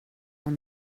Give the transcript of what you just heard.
och